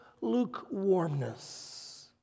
lukewarmness